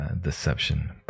Deception